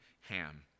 Ham